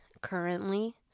currently